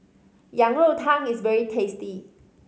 Yang Rou Tang is very tasty